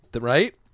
Right